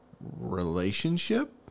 relationship